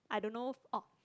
I don't know orh